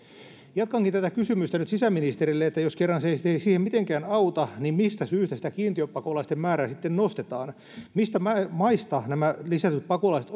jatkankin tätä kysymystä nyt sisäministerille että jos kerran se ei siihen mitenkään auta niin mistä syystä sitä kiintiöpakolaisten määrää sitten nostetaan mistä maista nämä lisätyt pakolaiset